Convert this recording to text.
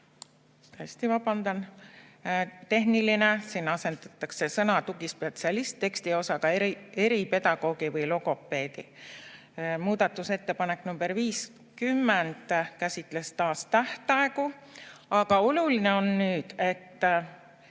... Vabandan, tehniline, siin asendatakse sõna "tugispetsialist" tekstiosaga "eripedagoogi või logopeedi". Muudatusettepanek nr 50 käsitles taas tähtaegu. Aga oluline on, et